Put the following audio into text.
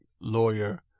lawyer